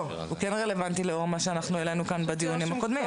הוא כן רלוונטי לאור מה שהעלינו כאן בדיונים הקודמים.